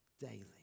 daily